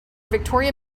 victoria